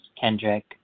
Kendrick